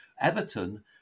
Everton